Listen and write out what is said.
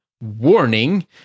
warning